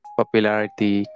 popularity